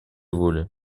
воле